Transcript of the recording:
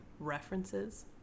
References